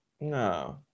No